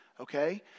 okay